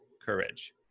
Courage